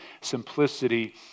simplicity